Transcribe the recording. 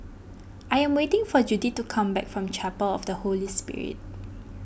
I am waiting for Judyth to come back from Chapel of the Holy Spirit